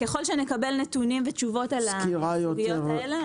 ככל שנקבל נתונים ותשובות על הסוגיות האלה,